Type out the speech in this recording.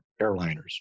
airliners